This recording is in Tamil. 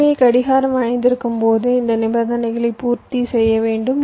எனவே கடிகாரம் வளைந்திருக்கும் போது இந்த நிபந்தனைகளை பூர்த்தி செய்ய வேண்டும்